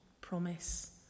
promise